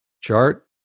chart